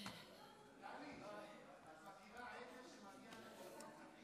טלי, את מכירה עדר שמגיע לחוף מבטחים?